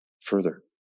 further